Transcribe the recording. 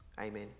Amen